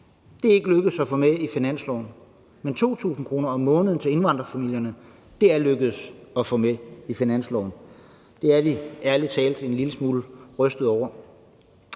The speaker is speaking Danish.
Det er det ikke lykkedes at få med i finansloven, men 2.000 kr. om måneden til indvandrerfamilierne er det lykkedes at få med i finansloven. Det er vi ærlig talt en lille smule rystede over.